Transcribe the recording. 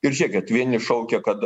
ir žėkit vieni šaukia kad